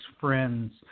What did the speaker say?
friends